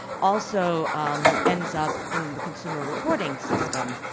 also, um, ends up in the consumer reporting system,